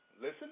listen